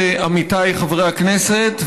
עמיתיי חברי הכנסת,